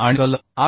आणि कलम 8